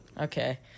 Okay